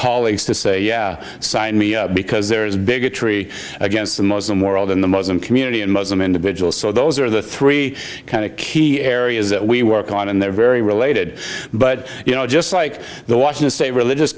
colleagues to say sign me because there is bigotry against the muslim world in the muslim community and muslim individuals so those are the three key areas that we work on and they're very related but you know just like the washington state religious